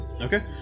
Okay